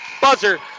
buzzer